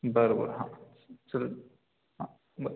बरं बरं हां चल हां बरं